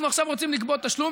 אנחנו עכשיו רוצים לגבות תשלום,